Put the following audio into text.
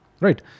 right